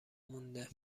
مونده